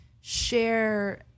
share